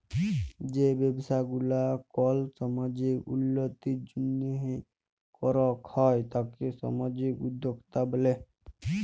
যেই ব্যবসা গুলা কল সামাজিক উল্যতির জন্হে করাক হ্যয় তাকে সামাজিক উদ্যক্তা ব্যলে